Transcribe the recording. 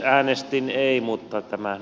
äänestin ei mutta tämän